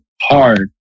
hard